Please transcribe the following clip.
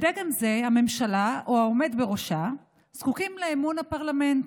בדגם זה הממשלה או העומד בראשה זקוקים לאמון הפרלמנט,